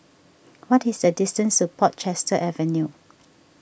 what is the distance to Portchester Avenue